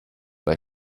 bei